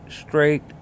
straight